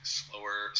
slower